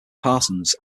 parsons